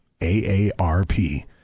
AARP